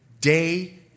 day